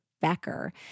Becker